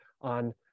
on